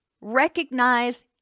recognize